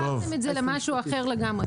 הפכתם את זה למשהו אחר לגמרי,